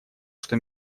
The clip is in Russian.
что